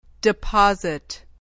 Deposit